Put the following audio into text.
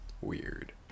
Weird